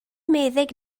meddyg